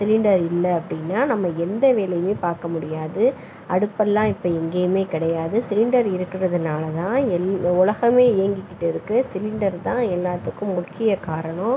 cylinder இல்லை அப்படின்னா நம்ம எந்த வேலையும் பார்க்க முடியாது அடுப்பெல்லாம் இப்போது எங்கேயுமே கிடையாது சிலிண்டர் இருக்கிறதுனால தான் எல் உலகமே இயங்கிக்கிட்டு இருக்குது சிலிண்டர் தான் எல்லாத்துக்கும் முக்கியக் காரணம்